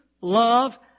love